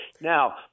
Now